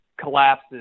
collapses